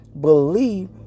believe